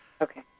Okay